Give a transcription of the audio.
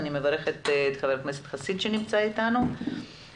אני מברכת את חבר הכנסת חסיד שנמצא אתנו ואני